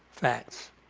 facts.